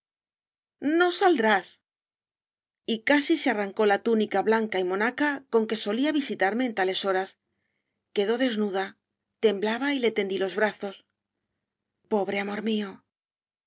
no saldrás y casi se arrancóla túnica blancay monaca con que solía visitarme en tales horas quedó desnuda temblaba y le tendí los brazos pobre amor mió